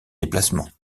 déplacements